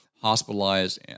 hospitalized